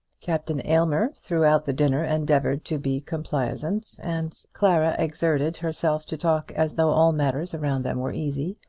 captain aylmer, throughout the dinner, endeavoured to be complaisant, and clara exerted herself to talk as though all matters around them were easy.